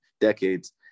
decades